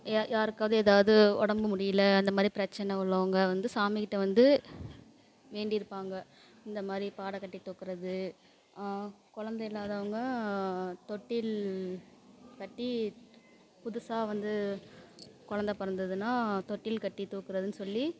ய யாருக்காவது எதாவது உடம்பு முடியல அந்த மாதிரி பிரச்சனை உள்ளவங்க வந்து சாமிக்கிட்ட வந்து வேண்டியிருப்பாங்க இந்த மாதிரி பாட கட்டி தூக்குறது குழந்த இல்லாதவங்க தொட்டில் கட்டி புதுசாக வந்து குழந்த பிறந்துதுன்னா தொட்டில் கட்டி தூக்குறதுன்னு சொல்லி